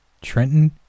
Trenton